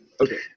Okay